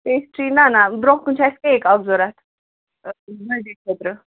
pastry نہ نہ برونٛہہ کُن چھُ اَسہِ کیک اَکھ ضوٚرَتھ بٔڈے خٲطرٕ